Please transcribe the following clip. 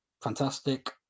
fantastic